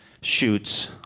shoots